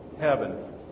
Heaven